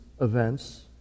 events